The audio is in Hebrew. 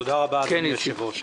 תודה רבה, אדוני היושב-ראש.